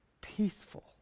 peaceful